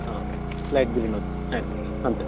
light green ఒకటి and అంతే